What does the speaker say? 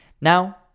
Now